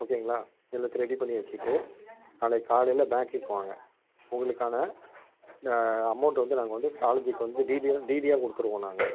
ஓகேங்களா எல்லாத்தேயும் ரெடி பண்ணி வச்சுட்டு நாளைக்கு காலையில் பேங்க்குக்கு வாங்க உங்களுக்கான இந்த அமௌண்ட்டு வந்து நாங்கள் வந்து காலேஜுக்கு வந்து டிடியாக டிடியாக கொடுத்துருவோம் நாங்கள்